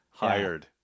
Hired